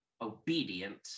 obedient